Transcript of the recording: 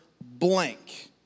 blank